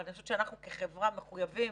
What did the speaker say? אבל אנחנו כחברה מחויבים